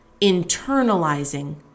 internalizing